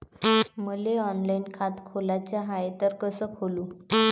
मले ऑनलाईन खातं खोलाचं हाय तर कस खोलू?